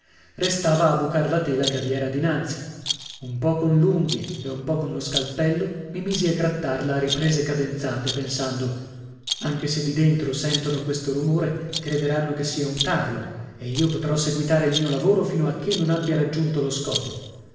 restava a bucar la tela che vi era dinanzi un po con l'unghie e un po con lo scalpello mi misi a grattarla a riprese cadenzate pensando anche se di dentro sentono questo rumore crederanno che sia un tarlo e io potrò seguitare il mio lavoro fino a che non abbia raggiunto lo scopo